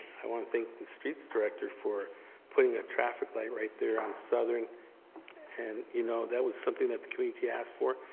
i want to thank the streets director for putting a traffic light right there on southern and you know that was something that the community asked for,